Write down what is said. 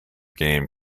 game